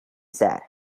said